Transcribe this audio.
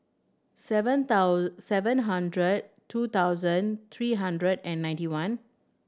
seven seven hundred two thousand three hundred and ninety one